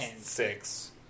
six